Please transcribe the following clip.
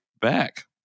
back